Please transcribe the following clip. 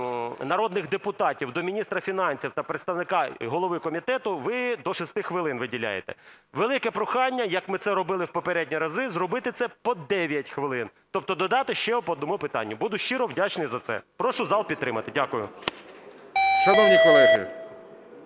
народних депутатів до міністра фінансів та представника голови комітету ви до шести хвилин виділяєте. Велике прохання, як ми це робили в попередні рази, зробити це по дев'ять хвилин, тобто додати ще по одному питанню. Буду щиро вдячний за це. Прошу зал підтримати. Дякую. ГОЛОВУЮЧИЙ. Шановні колеги!